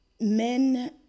men